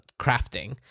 crafting